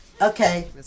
Okay